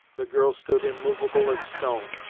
the girl stood immovable as stone,